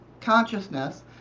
consciousness